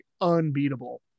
unbeatable